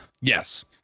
Yes